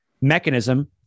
mechanism